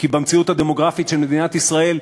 כי במציאות הדמוגרפית של עם ישראל,